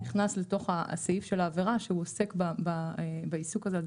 נכנס לתוך הסעיף של העבירה שהוא עוסק בעיסוק הזה,